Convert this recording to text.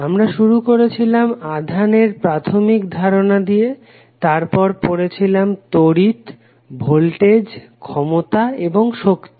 আমরা শুরু করেছিলাম আধানের প্রাথমিক ধারণা দিয়ে তার পর পড়েছিলাম তড়িৎ ভোল্টেজ ক্ষমতা এবং শক্তি